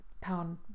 pound